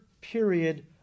period